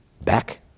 back